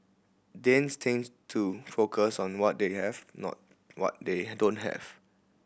Danes tend to focus on what they have not what they don't have